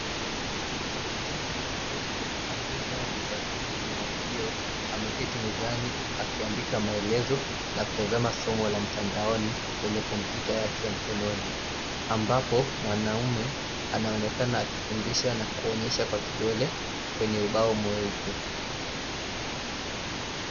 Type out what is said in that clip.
Msichana mdogo aliyevaa vipasuji vya masikio, ameketi mezani akiandika maelezo na kutazama somo la mtandaoni kwenye kompyuta yake ya mkononi, ambapo mwanaume anaonekana akifundisha na kuonyesha kwa kidole kwenye ubao mweupe.